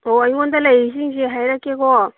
ꯑꯣ ꯑꯩꯉꯣꯟꯗ ꯂꯩꯔꯤꯁꯤꯡꯁꯦ ꯍꯥꯏꯔꯛꯀꯦꯀꯣ